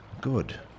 Good